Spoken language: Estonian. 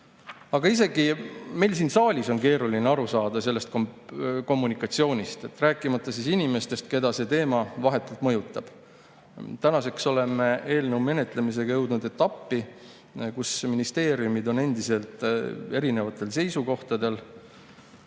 isegi meil siin saalis on keeruline aru saada sellest kommunikatsioonist, rääkimata inimestest, keda see teema vahetult mõjutab. Tänaseks oleme eelnõu menetlemisega jõudnud etappi, kus ministeeriumid on endiselt erinevatel seisukohtadel.